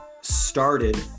started